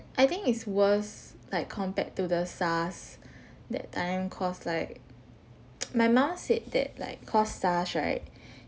I think it's worse like compared to the SARS that time cause like my mum said that like cause SARS right